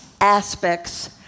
aspects